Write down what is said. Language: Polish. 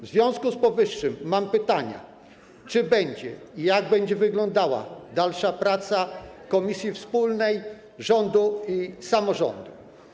W związku z powyższym mam pytania: Czy będzie, a jeżeli tak, to jak będzie wyglądała, dalsza praca komisji wspólnej rządu i samorządu?